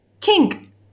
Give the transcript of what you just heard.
king